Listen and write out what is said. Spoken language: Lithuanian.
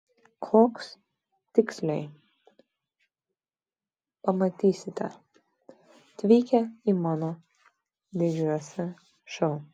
koks tiksliai pamatysite atvykę į mano didžiausią šou